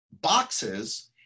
boxes